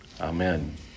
Amen